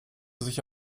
sich